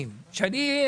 אבל עדיין יש קשיים,